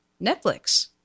Netflix